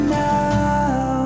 now